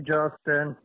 Justin